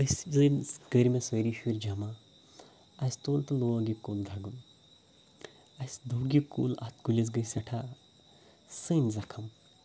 أسۍ زٕنۍ گے کٕرۍ مےٚ سٲری شُرۍ جَمع اَسہِ تُل تہٕ لوگ یہِ کُل دَگُن اسہِ دوٚگ یہِ کُل اَتھ کُلِس گے سٮ۪ٹھاہ سٔنۍ زَخَم